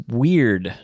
weird